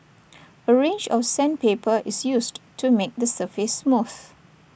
A range of sandpaper is used to make the surface smooth